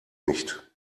nicht